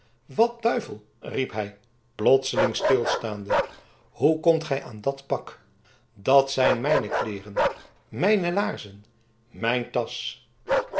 wat duivel riep hij plotseling stilstaande hoe komt gij aan dat pak dat zijn mijne kleeren mijne laarzen mijn tasch